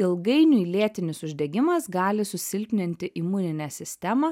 ilgainiui lėtinis uždegimas gali susilpninti imuninę sistemą